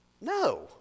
No